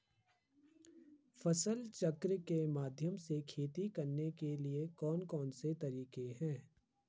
फसल चक्र के माध्यम से खेती करने के लिए कौन कौन से तरीके हैं?